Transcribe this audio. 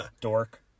Dork